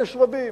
ויש רבים,